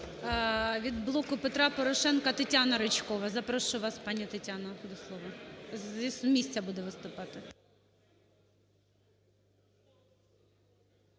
Від "Блоку Петра Порошенка" Тетяна Ричкова. Запрошую вас, пані Тетяно до слова. З місця буде виступати.